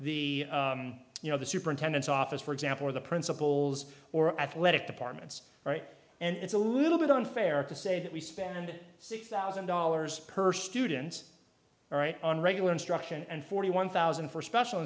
the you know the superintendent's office for example or the principals or athletic departments right and it's a little bit unfair to say that we spend six thousand dollars per student's all right on regular instruction and forty one thousand for special